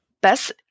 best